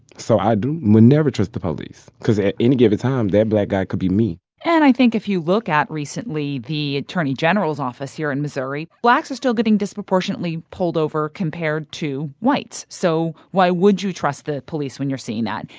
so i do would never trust the police because, at any given time, that black guy could be me and i think if you look at, recently, the attorney general's office here in missouri, blacks are still getting disproportionately pulled over compared to whites. so why would you trust the police when you're seeing that?